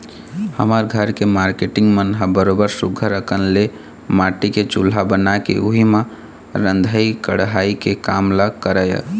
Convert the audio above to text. हमर घर के मारकेटिंग मन ह बरोबर सुग्घर अंकन ले माटी के चूल्हा बना के उही म रंधई गड़हई के काम ल करय